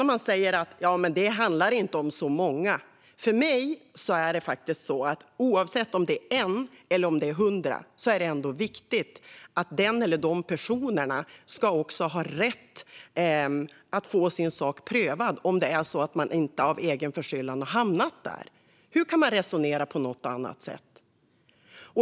Någon sa att det inte handlar om många. För mig är det dock viktigt att den eller de personer det gäller, oavsett om det är en eller hundra, ska ha rätt att få sin sak prövad om de har hamnat där utan egen förskyllan. Hur kan man resonera på något annat sätt?